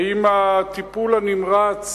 האם הטיפול הנמרץ